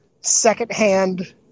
secondhand